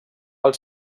els